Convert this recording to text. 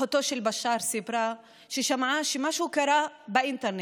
אחותו של בשאר סיפרה ששמעה שמשהו קרה באינטרנט,